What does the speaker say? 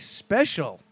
special